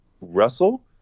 Russell